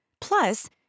Plus